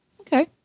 Okay